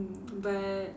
but